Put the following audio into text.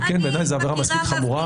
וכן בוודאי זו עבירה מספיק חמורה.